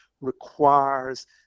requires